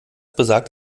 besagt